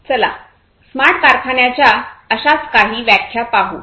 चला स्मार्ट कारखान्याच्या अशाच काही व्याख्या पाहू